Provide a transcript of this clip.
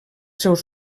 seus